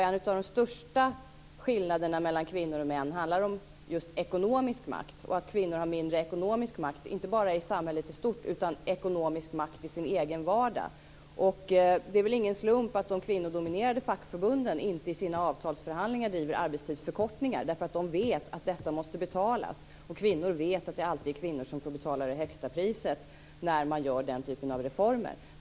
En av de största skillnaderna mellan kvinnor och män handlar om just ekonomisk makt och att kvinnor har mindre ekonomisk makt inte bara i samhället i stort utan också i sin egen vardag. Det är väl ingen slump att de kvinnodominerade fackförbunden inte i sina avtalsförhandlingar driver arbetstidsförkortningar. De vet att detta måste betalas. Kvinnor vet att det alltid är kvinnor som får betala det högsta priset när man gör den typen av reformer.